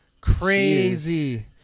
Crazy